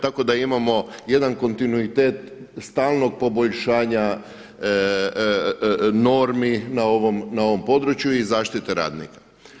Tako da imamo jedan kontinuitet stalnog poboljšanja normi na ovom području i zaštite radnika.